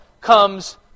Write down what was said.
comes